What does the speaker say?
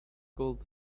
gold